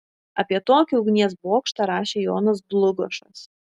apie tokį ugnies bokštą rašė jonas dlugošas